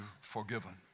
forgiven